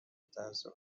تاسف